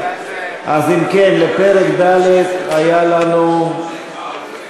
אם כן, לפרק ד' היה לנו עד סעיף